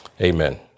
amen